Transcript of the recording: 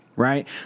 Right